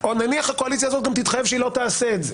נניח הקואליציה הזאת גם תתחייב שהיא לא תעשה את זה,